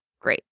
Great